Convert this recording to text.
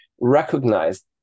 recognized